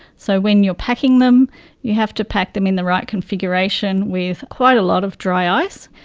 so when you are packing them you have to pack them in the right configurations with quite a lot of dry ice,